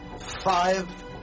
Five